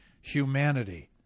humanity